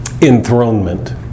Enthronement